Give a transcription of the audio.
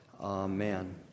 Amen